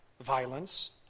violence